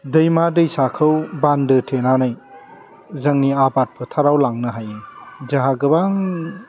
दैमा दैसाखौ बान्दो थेनानै जोंनि आबाद फोथाराव लांनो हायो जोंहा गोबां